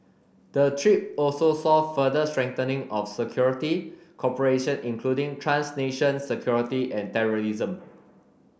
the trip also saw further strengthening of security cooperation including trans nation security and terrorism